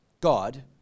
God